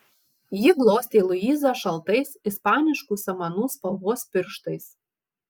ji glostė luizą šaltais ispaniškų samanų spalvos pirštais